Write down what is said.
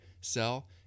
sell